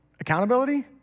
Accountability